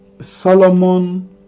Solomon